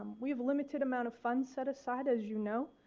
we have limited amount of funds set aside, as you know.